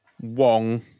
Wong